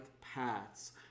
paths